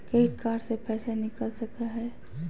Credit card से पैसा निकल सकी हय?